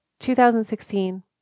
2016